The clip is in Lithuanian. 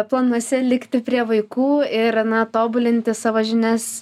planuose likti prie vaikų ir na tobulinti savo žinias